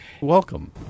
Welcome